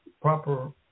proper